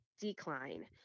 decline